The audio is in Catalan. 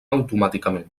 automàticament